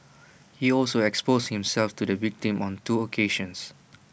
he also exposed himself to the victim on two occasions